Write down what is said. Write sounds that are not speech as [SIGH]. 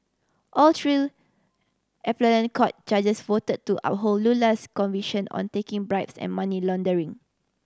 all three [UNINTELLIGIBLE] court judges voted to uphold Lula's conviction on taking bribes and money laundering